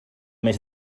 més